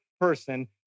person